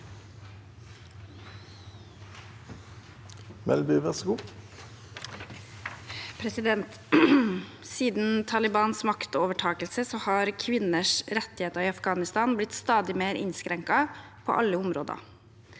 Siden Talibans mak- tovertakelse har kvinners rettigheter i Afghanistan blitt stadig mer innskrenket på alle områder.